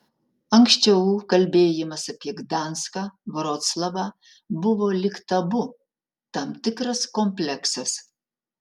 anksčiau kalbėjimas apie gdanską vroclavą buvo lyg tabu tam tikras kompleksas